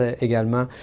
également